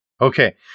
Okay